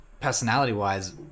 personality-wise